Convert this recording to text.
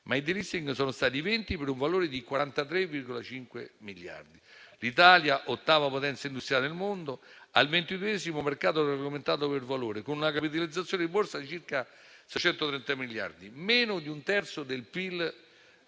ma i *delisting* sono stati venti, per un valore di 43,5 miliardi. L'Italia, ottava potenza industriale al mondo, ha il ventiduesimo mercato regolamentato per valore, con una capitalizzazione di borsa di circa 630 miliardi: meno di un terzo del PIL italiano.